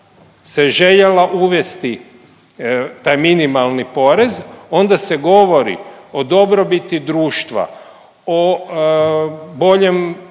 se željela uvesti taj minimalni porez onda se govori o dobrobiti društva, o boljem